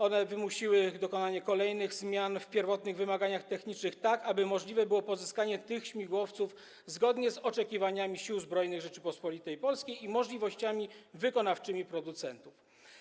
One wymusiły dokonanie kolejnych zmian w pierwotnych wymaganiach technicznych, tak aby możliwe było pozyskanie tych śmigłowców zgodnie z oczekiwaniami Sił Zbrojnych Rzeczypospolitej Polskiej i możliwościami wykonawczymi producentów.